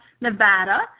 Nevada